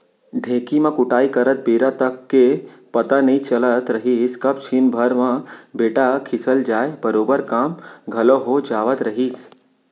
ढेंकी म कुटई करत बेरा तक के पता नइ चलत रहिस कब छिन भर म बेटा खिसल जाय बरोबर काम घलौ हो जावत रहिस